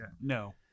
No